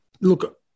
look